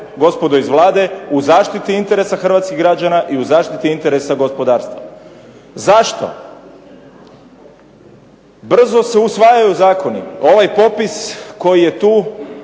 gospodo iz Vlade, u zaštiti interesa hrvatskih građana i u zaštiti interesa gospodarstva. Zašto? Brzo se usvajaju zakoni. Ovaj popis koji je tu